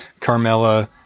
Carmella